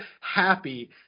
happy